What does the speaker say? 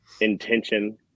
intention